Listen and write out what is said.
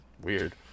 weird